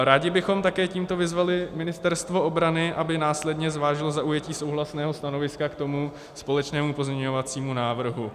Rádi bychom také tímto vyzvali Ministerstvo obrany, aby následně zvážilo zaujetí souhlasného stanoviska k tomu společnému pozměňovacímu návrhu.